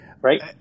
Right